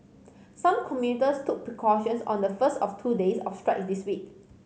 some commuters took precautions on the first of two days of strike in this week